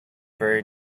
very